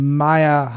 maya